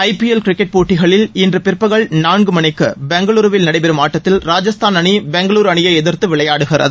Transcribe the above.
ஜ P L cricket போட்டிகளில் இன்று பிற்பகல் நான்கு மணிக்கு பெங்களுருவில் நடைபெறம் அட்டத்தில் ராஜஸ்தான் அணி பெங்களுரு அணியை எதிர்த்து விளையாடுகிறது